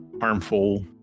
harmful